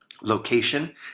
Location